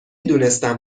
دونستم